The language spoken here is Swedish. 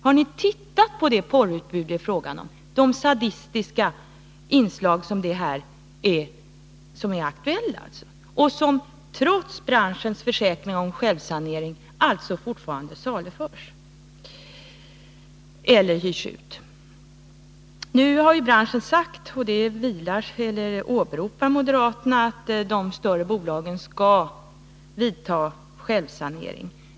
Har ni tittat på det porrutbud som det är fråga om — de sadistiska inslag som är aktuella och som trots branschens försäkringar om självsanering fortsätter att saluföras eller hyras ut? Nu har branschen sagt — och det åberopar moderaterna — att de större bolagen skall vidta självsanering.